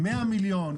מאה מיליון?